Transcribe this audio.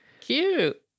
Cute